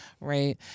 right